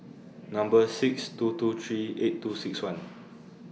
Number six two two three eight two six one